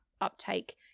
uptake